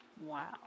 Wow